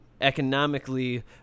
economically